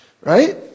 Right